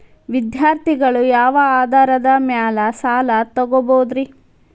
ವಿದ್ಯಾರ್ಥಿಗಳು ಯಾವ ಆಧಾರದ ಮ್ಯಾಲ ಸಾಲ ತಗೋಬೋದ್ರಿ?